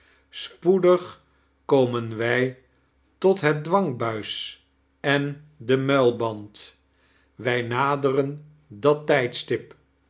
spoe'dig komen wij tot het dwangbuis en den mnilband wij naderen clat tijdstip